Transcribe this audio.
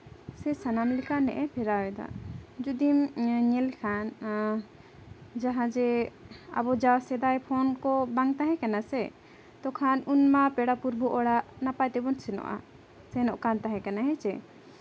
ᱥᱮ ᱥᱟᱱᱟᱢ ᱞᱮᱠᱟ ᱱᱮᱜᱼᱮᱭ ᱯᱷᱮᱨᱟᱣ ᱮᱫᱟ ᱡᱩᱫᱤ ᱧᱮᱞ ᱞᱮᱠᱷᱟᱱ ᱡᱟᱦᱟᱸ ᱡᱮ ᱟᱵᱚ ᱡᱟ ᱥᱮᱫᱟᱭ ᱠᱷᱚᱱ ᱠᱚ ᱵᱟᱝ ᱛᱟᱦᱮᱸ ᱠᱟᱱᱟ ᱥᱮ ᱛᱳ ᱠᱷᱟᱱ ᱩᱱᱢᱟ ᱯᱮᱲᱟ ᱯᱨᱚᱵᱷᱩ ᱚᱲᱟᱜ ᱱᱟᱯᱟᱭ ᱛᱮᱵᱚᱱ ᱥᱮᱱᱚᱜᱼᱟ ᱥᱮᱱᱚᱜ ᱠᱟᱱ ᱛᱟᱦᱮᱸᱫ ᱠᱟᱱᱟ ᱦᱮᱸᱥᱮ